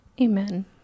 Amen